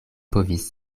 povis